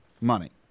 money